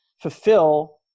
fulfill